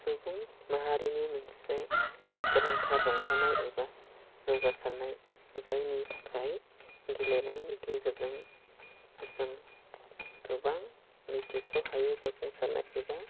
सुबुं माहारिनि मोनसे गोनांथार रंजानाय एबा जौगासारनाय जायनि थाखाय गेलेनायनि गेजेरजों जों गोबां मिथिस'हायि जाफुंसारनाय एबा